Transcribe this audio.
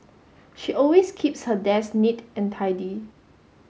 she always keeps her desk neat and tidy